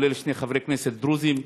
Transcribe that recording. כולל שני חברי כנסת דרוזים,